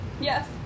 Yes